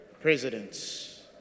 presidents